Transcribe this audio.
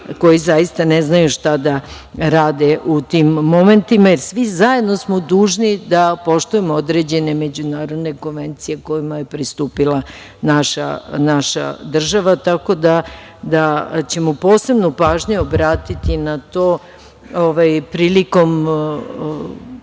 koji zaista ne znaju šta da rade u tim momentima, jer svi zajedno smo dužni da poštujemo određene međunarodne konvencije kojima je pristupila naša država. Posebnu pažnju ćemo obratiti na to prilikom